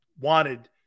wanted